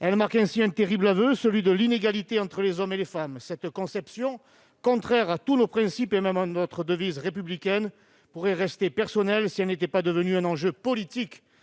Elles marquent ainsi un terrible aveu : celui de l'inégalité entre les hommes et les femmes. Cette conception contraire à tous nos principes et même à notre devise républicaine pourrait rester personnelle si elle n'était pas devenue un enjeu politique